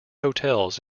hotels